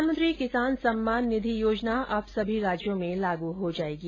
प्रधानमंत्री किसान सम्मान निधि योजना अब सभी राज्यों में लागू हो जायेगी